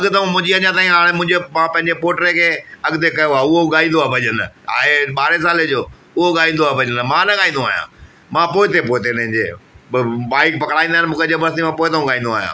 अॻितो मुंहिंजी अञा ताईं हाणे मुंहिंजो मां पंहिंजे पोटे खे अॻिते कयो आहे उहो गाईंदो आहियां भॼनु आहे ॿारहं साल जो उहो गाईंदो आहे भॼन मां न गाईंदो आहियां मां पोइते पोइते हिननि जे माइक पकड़ाईंदा आहिनि मूंखे ज़बरदस्ती मां पोइते ॻाईंदो आहियां